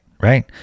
Right